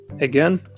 Again